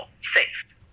safe